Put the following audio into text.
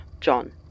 John